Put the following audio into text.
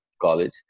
college